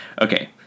Okay